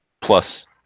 plus